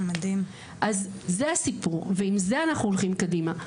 אז זה הסיפור ועם זה אנחנו הולכים קדימה.